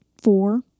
four